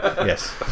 Yes